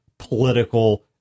Political